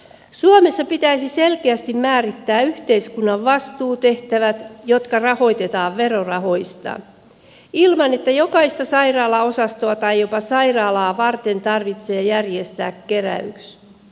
suomessa pitäisi selkeästi määrittää yhteiskunnan vastuutehtävät jotka rahoitetaan verorahoista ilman että jokaista sairaalaosastoa tai jopa sairaalaa varten tarvitsee järjestää keräys